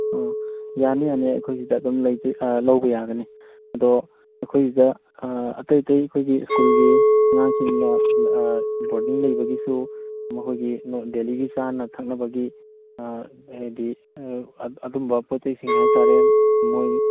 ꯑꯣ ꯌꯥꯅꯤ ꯌꯥꯅꯤ ꯑꯩꯈꯣꯏꯒꯤꯗ ꯑꯗꯨꯝ ꯂꯧꯕ ꯌꯥꯒꯅꯤ ꯑꯗꯣ ꯑꯩꯈꯣꯏꯁꯤꯗ ꯑꯇꯩ ꯑꯇꯩ ꯑꯩꯈꯣꯏꯒꯤ ꯁ꯭ꯀꯨꯜꯒꯤ ꯑꯉꯥꯡꯁꯤꯡꯅ ꯕꯣꯔꯗꯤꯡ ꯂꯩꯕꯒꯤꯁꯨ ꯃꯈꯣꯏꯒꯤ ꯗꯦꯜꯂꯤꯒꯤ ꯆꯥꯅ ꯊꯛꯅꯕꯒꯤ ꯍꯥꯏꯗꯤ ꯑꯗꯨꯝꯕ ꯄꯣꯠ ꯆꯩꯁꯤꯡ ꯍꯥꯏꯇꯥꯔꯦ ꯃꯣꯏ